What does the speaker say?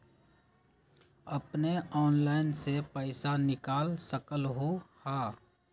अपने ऑनलाइन से पईसा निकाल सकलहु ह?